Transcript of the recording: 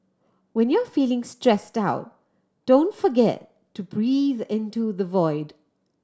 when you are feeling stressed out don't forget to breathe into the void